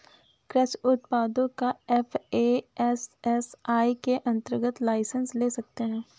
कृषि उत्पादों का एफ.ए.एस.एस.आई के अंतर्गत लाइसेंस ले सकते हैं